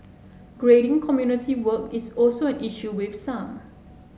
grading community work is also an issue with some